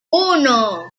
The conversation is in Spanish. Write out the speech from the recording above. uno